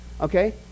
Okay